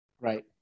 Right